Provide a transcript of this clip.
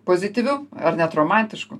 pozityviu ar net romantišku